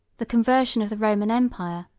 the conversion of the roman empire,